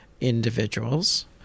individuals